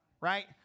right